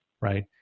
right